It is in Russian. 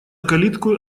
калиткою